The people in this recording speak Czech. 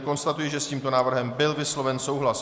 Konstatuji, že s tímto návrhem byl vysloven souhlas.